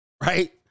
right